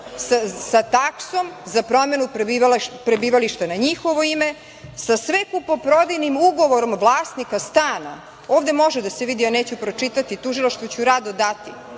sa taksom za promenu prebivališta na njihovo ime, sa sve kupoprodajnim ugovorom vlasnika stana. Ovde može da se vidi, neću pročitati, tužilaštvu ću rado dati,